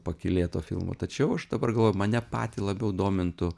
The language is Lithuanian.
pakylėto filmo tačiau aš dabar galvoju mane patį labiau domintų